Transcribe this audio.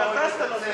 לא רואים את הצבע,